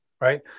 right